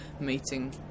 meeting